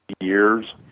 years